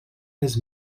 his